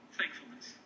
thankfulness